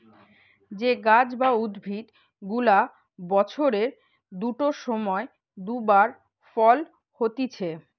যে গাছ বা উদ্ভিদ গুলা বছরের দুটো সময় দু বার ফল হতিছে